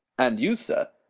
and you, sir.